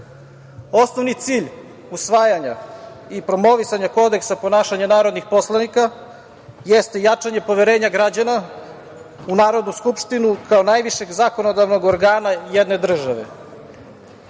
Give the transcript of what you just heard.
godine. Osnovni cilj usvajanja i promovisanja kodeksa ponašanja narodnih poslanika jeste jačanje poverenja građana u Narodnu skupštinu kao najvišeg zakonodavnog organa jedne države. Mi